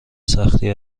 سختی